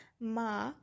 Ma